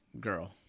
girl